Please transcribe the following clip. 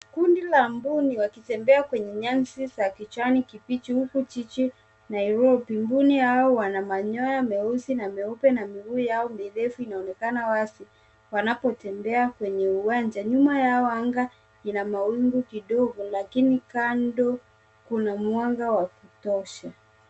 Kundi la mbuni wakitembea kwenye nyasi za kijani kibichi huku jiji Nairobi. Mbuni hao wana manyoya meusi na meupe na miguu yao mirefu inaonekana wazi wanapotembea kwenye uwanja. Nyuma yao anga ina mawingu kidogo lakini kando kuna mwanga wa kutosha.